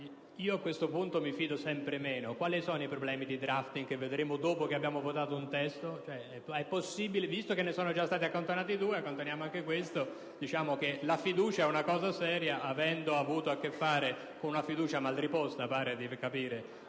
A questo punto mi fido sempre meno. Quali sono i problemi di *drafting* che vedremo dopo che abbiamo votato un testo? Visto che ne sono già stati accantonati due, accantoniamo anche questo emendamento! La fiducia è una cosa seria; avendo avuto a che fare con una fiducia mal riposta - pare di capire